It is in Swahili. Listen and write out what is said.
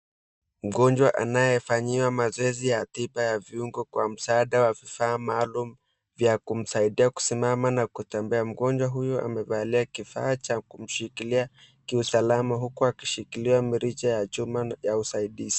Mgonjwa anayefanyiwa mazoezi ya tiba ya viungo kwa msaada wa vifaa maalum vya kumsaidia kusimama na kutembea. Mgonjwa huyo amevalia kifaa cha kumshikilia kiusalama huku akishikilia mrija ya chuma ya usaidizi.